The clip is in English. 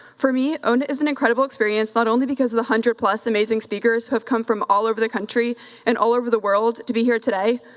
for me, own it is an incredible experience, not only because of the hundred plus amazing speakers who have come from all over the country and all over the world to be here today,